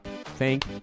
thank